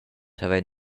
havein